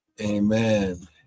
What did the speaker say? Amen